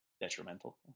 detrimental